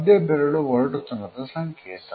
ಮಧ್ಯ ಬೆರಳು ಒರಟುತನದ ಸಂಕೇತ